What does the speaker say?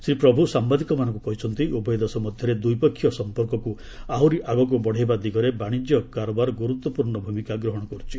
ଶ୍ରୀ ପ୍ରଭୁ ସାମ୍ବାଦିକମାନଙ୍କୁ କହିଛନ୍ତି ଉଭୟ ଦେଶ ମଧ୍ୟରେ ଦ୍ୱିପକ୍ଷୀୟ ସଂପର୍କକୁ ଆହୁରି ଆଗକୁ ବଢ଼େଇବା ଦିଗରେ ବାଣିଜ୍ୟ କାରବାର ଗୁରୁତ୍ୱପୂର୍ଣ୍ଣ ଭୂମିକା ଗ୍ରହଣ କରିଥାଏ